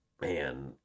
Man